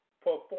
Perform